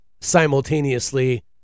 simultaneously